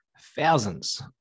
thousands